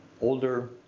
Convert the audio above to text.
Older